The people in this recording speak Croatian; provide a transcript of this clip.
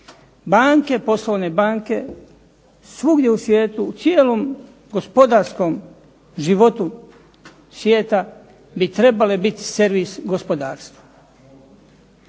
Banke, poslovne banke svugdje u svijetu, u cijelom gospodarskom životu svijeta bi trebale biti servis gospodarstva.